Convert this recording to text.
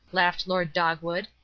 laughed lord dogwood,